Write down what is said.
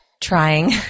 trying